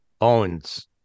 owns